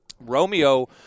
Romeo